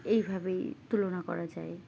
এইভাবেই তুলনা করা যায়